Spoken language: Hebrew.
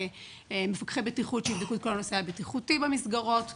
מפקחי בטיחות שיבדקו את כל הנושא הבטיחותי במסגרות.